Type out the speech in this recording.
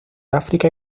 áfrica